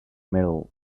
metal